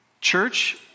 Church